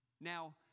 Now